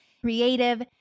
creative